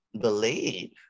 believe